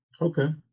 Okay